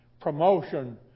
promotion